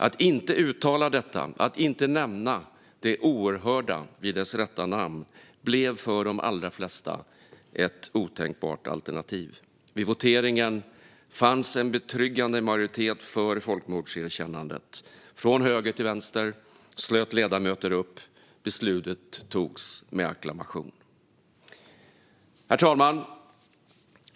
Att inte uttala detta, att inte nämna det oerhörda vid dess rätta namn, blev för de allra flesta ett otänkbart alternativ. Vid voteringen fanns en betryggande majoritet för folkmordserkännandet. Från höger till vänster slöt ledamöter upp, och beslutet togs med acklamation. Herr talman!